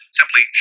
simply